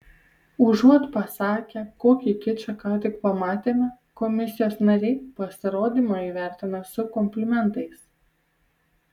užuot pasakę kokį kičą ką tik pamatėme komisijos nariai pasirodymą įvertina su komplimentais